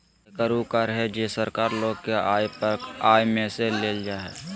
आयकर उ कर हइ जे सरकार लोग के आय पर आय में से लेल जा हइ